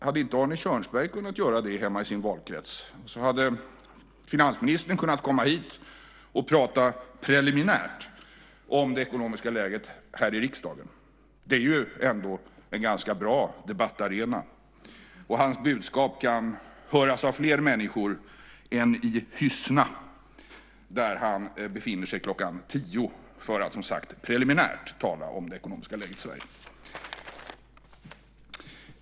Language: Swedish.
Hade inte Arne Kjörnsberg kunnat göra det hemma i sin valkrets, så hade finansministern kunnat komma hit och här i riksdagen prata preliminärt om det ekonomiska läget? Det är ändå en ganska bra debattarena. Hans budskap kan höras av fler människor än i Hyssna där han befinner sig kl. 10 för att, som sagt, preliminärt tala om det ekonomiska läget i Sverige.